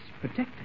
protected